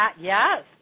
yes